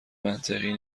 منطقی